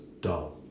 dull